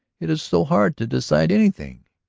it is so hard to decide anything.